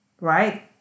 right